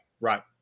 Right